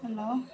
hello